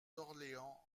d’orléans